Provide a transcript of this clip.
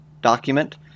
document